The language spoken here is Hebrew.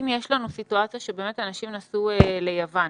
יש צורך בבדיקה לפני נסיעה ליוון?